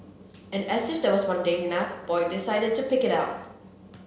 and as if that was mundane enough Boyd decided to pick it up